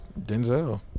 Denzel